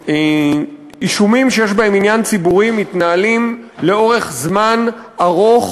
שאישומים שיש בהם עניין ציבורי מתנהלים במשך זמן ארוך